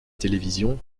télévision